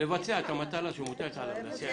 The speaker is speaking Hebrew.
לבצע את המטלה שמוטלת עליו להסיע ילדים.